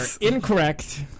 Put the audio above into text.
incorrect